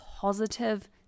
positive